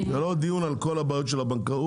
זה לא דיון על כל הבעיות של הבנקאות,